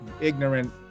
ignorant